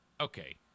Okay